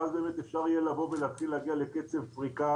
ואז אפשר יהיה להתחיל להגיע לקצב פריקה